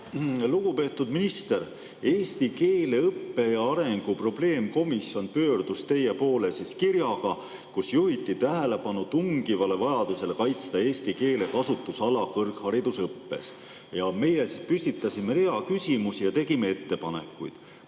Lugupeetud minister! Eesti keele õppe arengu probleemkomisjon pöördus teie poole kirjaga, kus juhiti tähelepanu tungivale vajadusele kaitsta eesti keele kasutusala kõrgharidusõppes. Me püstitasime rea küsimusi ja tegime ettepanekuid.